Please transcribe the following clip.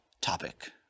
topic